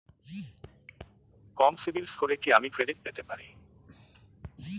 কম সিবিল স্কোরে কি আমি ক্রেডিট পেতে পারি?